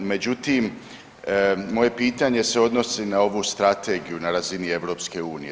Međutim moje pitanje se odnosi na ovu strategiju, na razini EU.